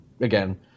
again